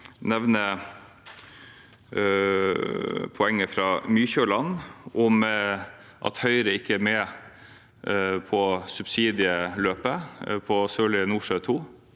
til å nevne poenget fra Mykjåland om at Høyre ikke er med på subsidieløpet på Sørlige Nordsjø II.